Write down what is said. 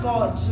God